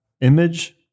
image